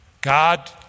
God